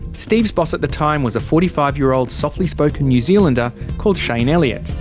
steve's boss at the time was a forty five year old softly spoken new zealander called shayne elliott.